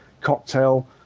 cocktail